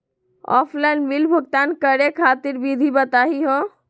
Offline bill भुगतान करे खातिर विधि बताही हो?